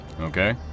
okay